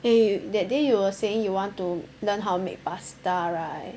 eh that day you were saying you want to learn how to make pasta right